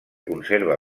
conserva